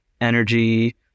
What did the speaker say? energy